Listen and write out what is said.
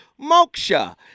moksha